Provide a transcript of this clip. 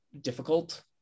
difficult